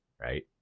right